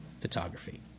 photography